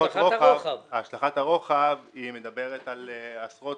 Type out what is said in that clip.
השלכת הרוחב מדברת על עשרות,